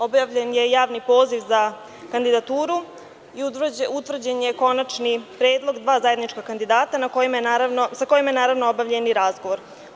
Objavljen je javni poziv za kandidaturu i utvrđen je konačni predlog dva zajednička kandidata sa kojima je naravno obavljen i razgovor.